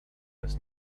his